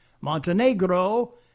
Montenegro